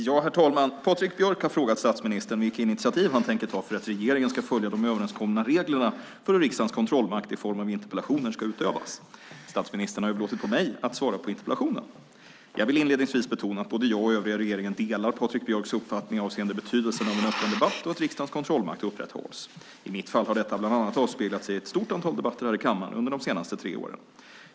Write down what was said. Herr talman! Patrik Björck har frågat statsministern vilka initiativ han tänker ta för att regeringen ska följa de överenskomna reglerna för hur riksdagens kontrollmakt i form av interpellationer ska utövas. Statsministern har överlåtit på mig att svara på interpellationen. Jag vill inledningsvis betona att både jag och övriga i regeringen delar Patrik Björcks uppfattning avseende betydelsen av en öppen debatt och att riksdagens kontrollmakt upprätthålls. I mitt fall har detta bland annat avspeglat sig i ett stort antal debatter här i kammaren under de senaste tre åren.